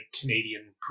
Canadian